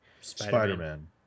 Spider-Man